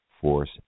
Force